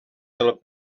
del